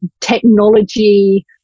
technology